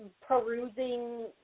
perusing